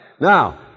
Now